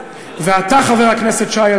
חבר הכנסת שי,